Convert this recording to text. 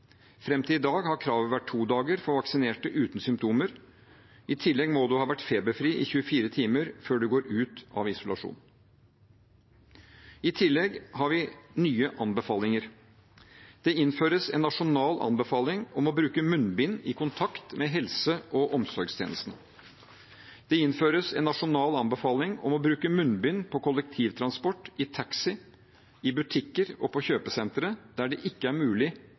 til i dag har kravet vært to dager for vaksinerte uten symptomer. I tillegg må du ha vært feberfri i 24 timer før du går ut av isolasjon. I tillegg har vi nye anbefalinger: Det innføres en nasjonal anbefaling om å bruke munnbind i kontakt med helse- og omsorgstjenesten. Det innføres en nasjonal anbefaling om å bruke munnbind på kollektivtransport, i taxi, i butikker og på kjøpesentre der det ikke er mulig